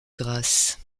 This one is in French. grasse